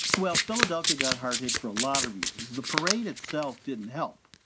well, philadelphia got hard hit for a lot of reasons. the parade itself didn't help,